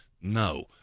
No